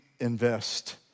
invest